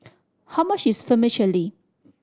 how much is Vermicelli